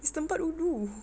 this tempat ulu